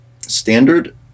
standard